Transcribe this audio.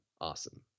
awesome